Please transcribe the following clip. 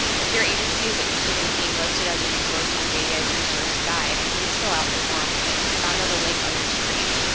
if your agency is interested in being listed as a resource on jdi's resource guide, please fill out the form found on the link on your screen.